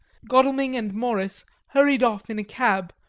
godalming and morris hurried off in a cab,